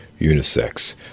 unisex